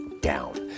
down